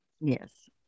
Yes